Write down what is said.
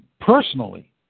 personally